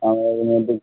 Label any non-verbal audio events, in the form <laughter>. আমাদের <unintelligible>